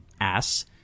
ass